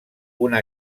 una